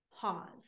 pause